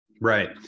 right